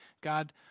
God